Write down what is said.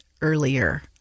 earlier